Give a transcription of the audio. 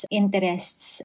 interests